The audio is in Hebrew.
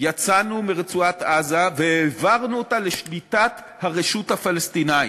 יצאנו מרצועת-עזה והעברנו אותה לשליטת הרשות הפלסטינית.